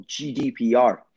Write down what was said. GDPR